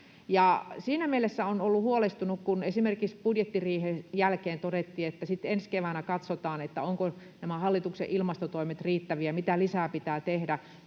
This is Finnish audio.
Siinä mielessä olen ollut huolestunut, kun esimerkiksi budjettiriihen jälkeen todettiin, että sitten ensi keväänä katsotaan, ovatko nämä hallituksen ilmastotoimet riittäviä, mitä lisää pitää tehdä.